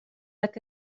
like